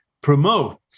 promote